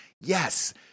Yes